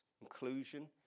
inclusion